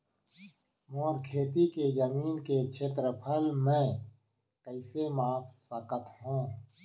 मोर खेती के जमीन के क्षेत्रफल मैं कइसे माप सकत हो?